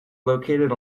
located